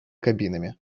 кабинами